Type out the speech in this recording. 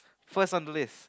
first on the list